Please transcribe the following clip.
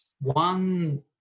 One